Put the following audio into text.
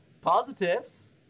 positives